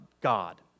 God